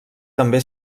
també